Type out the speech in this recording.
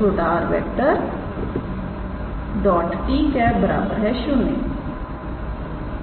𝑟⃗ 𝑡̂ 0